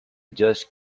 just